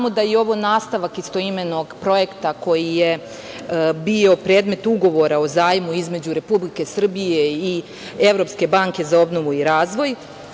znamo da je ovo nastavak istoimenog projekta koji je bio predmet ugovora o zajmu između Republike Srbije i Evropske banke za obnovu i razvoj.